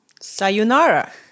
Sayonara